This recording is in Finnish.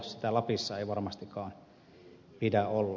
sitä lapissa ei varmastikaan pidä olla